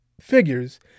figures